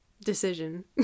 decision